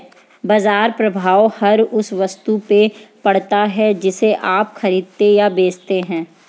बाज़ार प्रभाव हर उस वस्तु से पड़ता है जिसे आप खरीदते या बेचते हैं